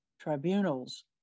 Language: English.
tribunals